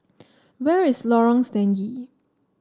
where is Lorong Stangee